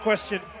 Question